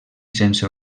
sense